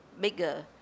bigger